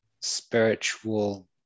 spiritual